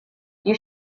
you